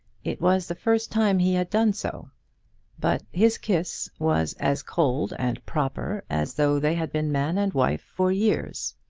it was the first time he had done so but his kiss was as cold and proper as though they had been man and wife for years!